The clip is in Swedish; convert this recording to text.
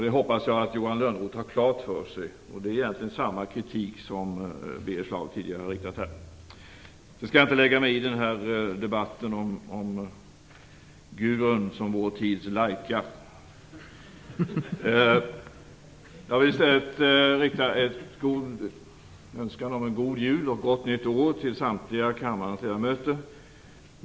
Det hoppas jag att Johan Lönnroth har klart för sig. Det är egentligen samma kritik som Birger Schlaug tidigare har riktat här. Sedan skall jag inte lägga mig i debatten om Gudrun Schyman som vår tids Laika. Jag vill i stället rikta en önskan om en god jul och ett gott nytt år till samtliga kammarens ledamöter.